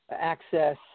access